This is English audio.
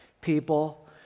people